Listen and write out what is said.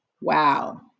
wow